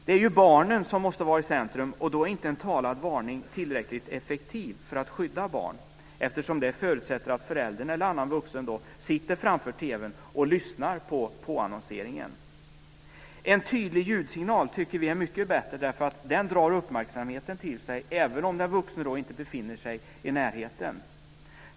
Det är ju barnen som måste vara i centrum, och då är inte en talad varning tillräckligt effektiv för att skydda barn eftersom det förutsätter att föräldern eller annan vuxen sitter framför TV:n och lyssnar på påannonseringen. En tydlig ljudsignal tycker vi är mycket bättre. Den drar uppmärksamheten till sig även om den vuxne inte befinner sig i närheten.